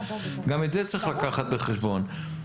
גם את זה צריך לקחת בחשבון,